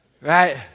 Right